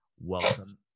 welcome